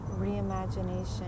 reimagination